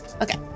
Okay